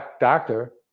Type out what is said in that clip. doctor